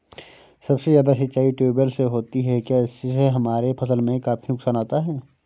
सबसे ज्यादा सिंचाई ट्यूबवेल से होती है क्या इससे हमारे फसल में काफी नुकसान आता है?